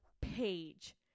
page